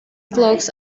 clocks